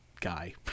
guy